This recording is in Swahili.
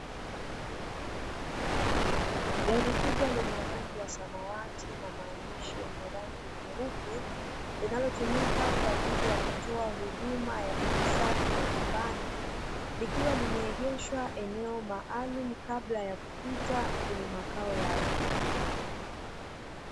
Gari kubwa lenye rangi ya samawati na maandishi yenye rangi nyeupe, linalotumika kwa ajili ya kutoa huduma ya maji safi majumbani, likiwa limeegeshwa eneo maalumu kabla ya kupita kwenye makao ya watu.